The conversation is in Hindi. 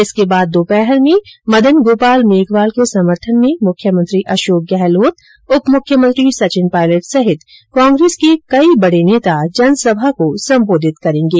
इसके बाद दोपहर को मदन गोपाल मेघवाल के समर्थन में मुख्यमंत्री अशोक गहलोत उप मुख्यमंत्री सचिन पायलट सहित कांग्रेस के कई बडे नेता जनसभा को संबोधित करेंगे